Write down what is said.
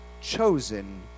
chosen